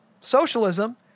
socialism